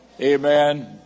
Amen